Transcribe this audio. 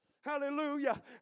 Hallelujah